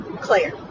Claire